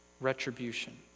retribution